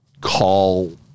call